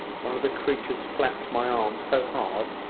one of the creatures flapped my arm so hard,